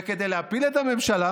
וכדי להפיל את הממשלה,